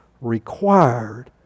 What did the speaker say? required